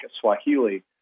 Swahili